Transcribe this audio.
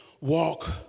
walk